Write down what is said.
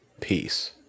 peace